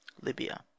Libya